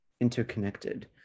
interconnected